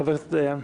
חבר הכנסת דיין.